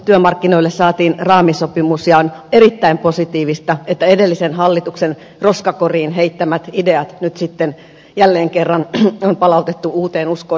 työmarkkinoille saatiin raamisopimus ja on erittäin positiivista että edellisen hallituksen roskakoriin heittämät ideat nyt sitten jälleen kerran on palautettu uuteen uskoon